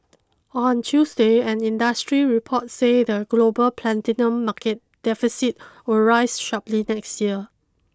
on Tuesday an industry report said the global platinum market deficit will rise sharply next year